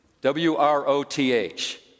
W-R-O-T-H